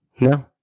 no